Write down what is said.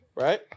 Right